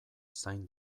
zain